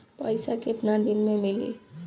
पैसा केतना दिन में मिली?